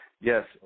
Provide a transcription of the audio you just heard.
Yes